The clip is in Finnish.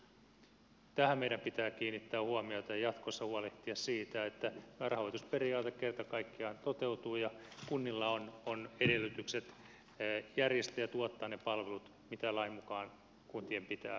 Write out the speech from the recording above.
tähän meidän pitää kiinnittää huomiota ja jatkossa huolehtia siitä että rahoitusperiaate kerta kaikkiaan toteutuu ja kunnilla on edellytykset järjestää ja tuottaa ne palvelut mitä lain mukaan kuntien pitää toteuttaa